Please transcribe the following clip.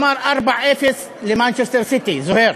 הוא אמר: 4:0 ל"מנצ'סטר סיטי", זוהיר.